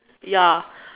ya